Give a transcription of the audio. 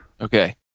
Okay